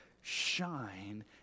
shine